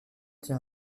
tient